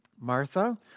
Martha